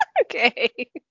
Okay